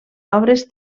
obres